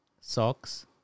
socks